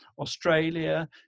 Australia